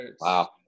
Wow